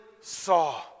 saw